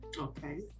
okay